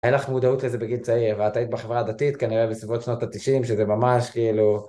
אין לך מודעות שזה בגיל צעיר, ואת היית בחברה הדתית כנראה בסביבות שנות ה-90, שזה ממש כאילו...